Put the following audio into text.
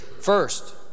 First